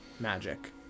magic